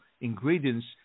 ingredients